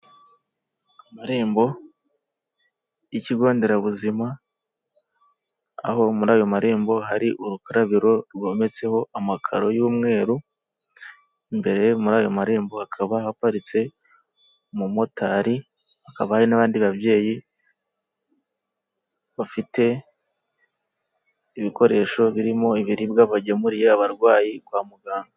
Amarembo y'ikigonderabuzima aho muri ayo marembo hari urukarabi rwometseho amakaro y'umweru, imbere muri ayo marembo hakaba haparitse umumotari, hakaba n'abandi babyeyi bafite ibikoresho birimo ibiribwa bagemuriye abarwayi kwa muganga.